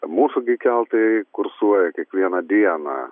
mūsų gi keltai kursuoja kiekvieną dieną